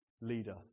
leader